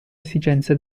esigenze